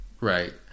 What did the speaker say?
right